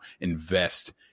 invest